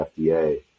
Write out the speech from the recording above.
FDA